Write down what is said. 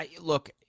Look